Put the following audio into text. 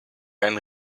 einen